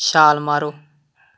ਛਾਲ ਮਾਰੋ